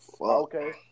Okay